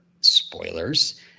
spoilers –